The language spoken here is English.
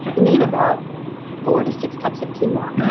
you need about four to six cups of quinoa no,